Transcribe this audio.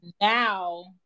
now